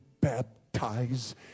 baptize